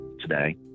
today